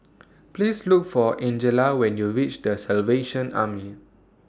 Please Look For Angella when YOU REACH The Salvation Army